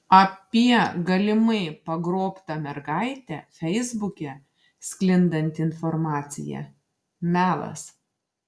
apie galimai pagrobtą mergaitę feisbuke sklindanti informacija melas